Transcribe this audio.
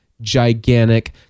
gigantic